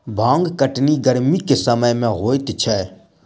भांग कटनी गरमीक समय मे होइत छै